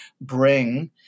bring